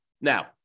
Now